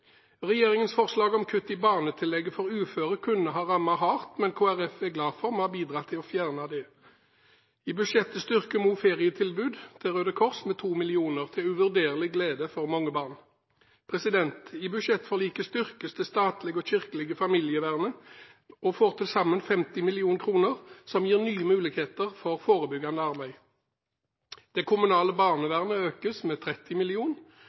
Regjeringens forslag om kutt i barnetillegget for uføre kunne ha rammet hardt, men Kristelig Folkeparti er glad for at vi har bidratt til å fjerne det. I budsjettet styrker vi også ferietilbudet til Røde Kors med 2 mill. kr – til uvurderlig glede for mange barn. I budsjettforliket styrkes det statlige og kirkelige familievernet. Det får til sammen 50 mill. kr, som gir nye muligheter for forebyggende arbeid. Det kommunale barnevernet økes med 30